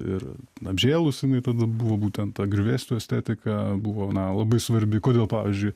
ir apžėlus jinai tada buvo būtent ta griuvėsių estetika buvo na labai svarbi kodėl pavyzdžiui